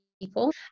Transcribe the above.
people